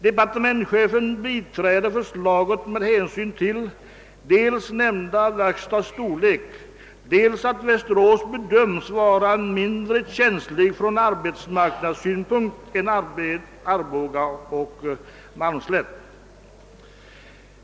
Departementschefen biträder förslaget med hänsyn till dels nämnda verkstads storlek, dels att Västerås bedöms vara mindre känsligt från arbetsmarknadssynpunkt än Arboga och Malmslätt.